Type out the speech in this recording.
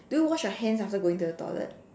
do you wash your hands after going to the toilet